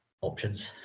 options